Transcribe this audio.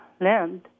land